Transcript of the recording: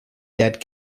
dead